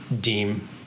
deem